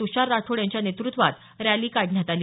त्षार राठोड यांच्या नेतृत्वात रॅली काढण्यात आली